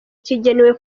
kigenewe